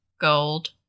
Gold